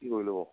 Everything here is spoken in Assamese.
কি কৰিলো বাৰু